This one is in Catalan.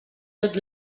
tot